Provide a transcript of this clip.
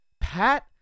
Pat